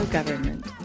Government